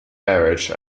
marriage